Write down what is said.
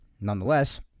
nonetheless